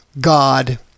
God